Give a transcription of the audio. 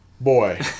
Boy